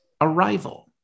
Arrival